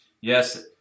Yes